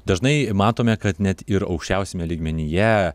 dažnai matome kad net ir aukščiausiame lygmenyje